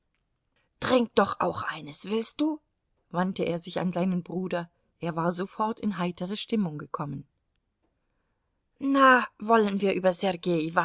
trink doch auch eines willst du wandte er sich an seinen bruder er war sofort in heitere stimmung gekommen na wollen über